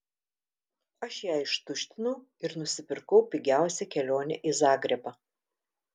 aš ją ištuštinau ir nusipirkau pigiausią kelionę į zagrebą